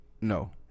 No